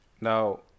Now